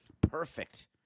perfect